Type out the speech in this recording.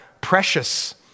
precious